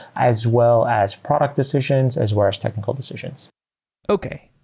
as well as product decisions, as well as technical decisions okay.